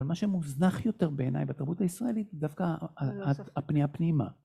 אבל מה שמוזנח יותר בעיניי בתרבות הישראלית דווקא הפניה פנימה.